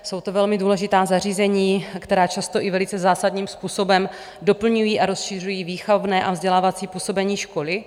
Jsou to velmi důležitá zařízení, která často i velice zásadním způsobem doplňují a rozšiřují výchovné a vzdělávací působení školy.